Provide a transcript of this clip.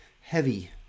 heavy